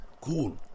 cool